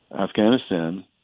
Afghanistan